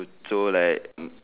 so like hmm